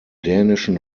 dänischen